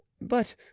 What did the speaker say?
But